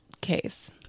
case